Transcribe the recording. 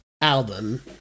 album